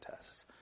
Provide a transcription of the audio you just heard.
test